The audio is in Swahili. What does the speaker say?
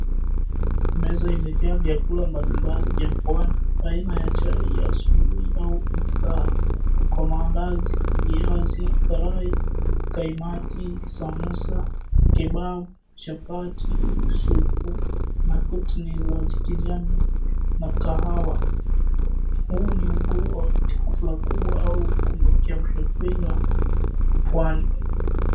Meza imejaa vyakula mbalimbali vya pwani aina ya chai ya asubuhi au staftahi kwa maandazi, viazi karai, kaimati, samosa, kebab , chapati, supu na oat meal za kijani na kahawa huu ni ungo wa hafla kubwa au kiamsha kinywa pwani.